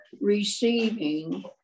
receiving